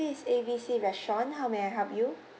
this is A B C restaurant how may I help you